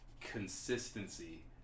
consistency